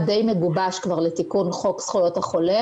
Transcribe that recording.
די מגובש כבר לתיקון חוק זכויות החולה,